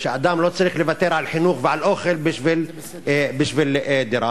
שאדם לא צריך לוותר על חינוך ואוכל בשביל דירה,